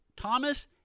Thomas